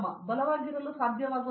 ನೀವು ಬಲವಾಗಿರಲು ಸಾಧ್ಯವಾಗುವಂತೆ